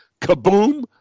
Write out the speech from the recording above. kaboom